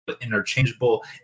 interchangeable